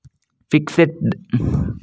fixed deposit ನ ಮೇಲೆ tax ಉಂಟಾ